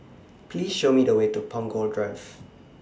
Please Show Me The Way to Punggol Drive